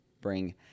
bring